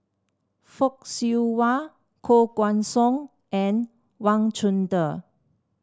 Fock Siew Wah Koh Guan Song and Wang Chunde